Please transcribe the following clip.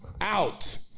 out